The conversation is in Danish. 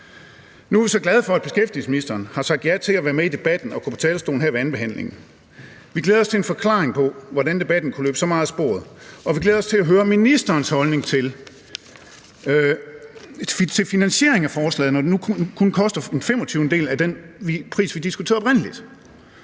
Nu er vi så glade for, at beskæftigelsesministeren har sagt ja til at være med i debatten og gå på talerstolen her ved andenbehandlingen. Vi glæder os til en forklaring på, hvordan debatten kunne løbe så meget af sporet. Og vi glæder os til at høre ministerens holdning til finansieringen af forslaget, når det nu kun koster en femogtyvendedel af den pris, vi oprindelig